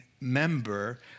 member